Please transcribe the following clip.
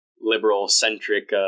liberal-centric